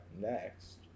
next